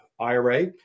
IRA